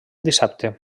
dissabte